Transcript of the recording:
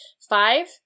Five